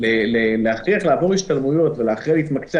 להכריח לעבור השתלמויות ולהכריח להתמקצע